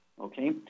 okay